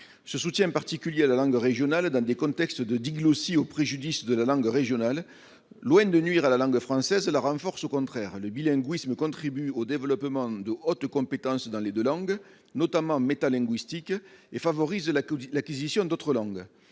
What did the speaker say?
Ce soutien particulier à la langue régionale, dans des contextes de diglossie au préjudice de la langue régionale, loin de nuire à la langue française, la renforce, au contraire. Le bilinguisme contribue au développement de hautes compétences dans les deux langues, notamment métalinguistiques, et favorise l'acquisition d'autres langues.